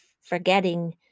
forgetting